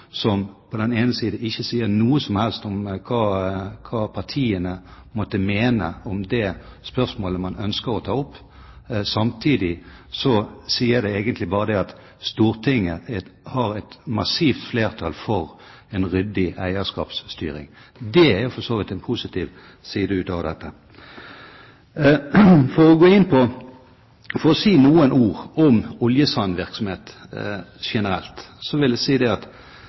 som på den ene side ikke sier noe som helst om hva partiene måtte mene om det spørsmålet man ønsker å ta opp, og på den annen side sier det egentlig bare at Stortinget har et massivt flertall for en ryddig eierskapsstyring. Det er for så vidt en positiv side ved dette. For å si noen ord om oljesandvirksomhet generelt vil jeg si som representanten Marianne Marthinsen sa det så greit, at